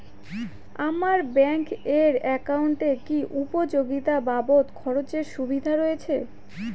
আমার ব্যাংক এর একাউন্টে কি উপযোগিতা বাবদ খরচের সুবিধা রয়েছে?